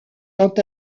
quant